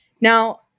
Now